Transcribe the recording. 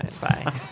Bye